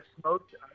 smoked